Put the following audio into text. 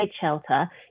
shelter